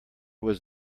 was